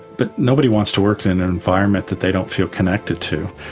but nobody wants to work in an environment that they don't feel connected to.